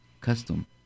custom